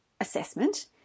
assessment